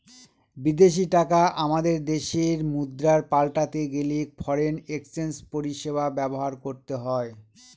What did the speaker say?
বিদেশী টাকা আমাদের দেশের মুদ্রায় পাল্টাতে গেলে ফরেন এক্সচেঞ্জ পরিষেবা ব্যবহার করতে হয়